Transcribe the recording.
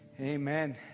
Amen